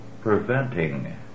preventing